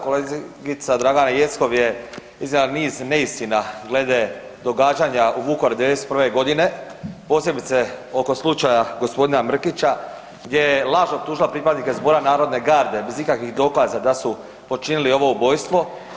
Kolegica Dragana Jeckov je iznijela niz neistina glede događanja u Vukovaru 1991. godine posebice oko slučaja gospodina Mrkića, gdje je lažno optužila pripadnika Zbora narodne garde bez ikakvih dokaza da su počinili ovo ubojstvo.